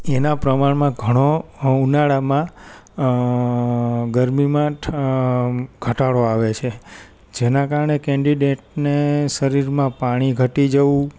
એના પ્રમાણમાં ઘણો ઉનાળામાં ગરમીમાં ઘટાડો આવે છે જેના કારણે કેન્ડીડેટને શરીરમાં પાણી ઘટી જવું